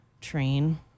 train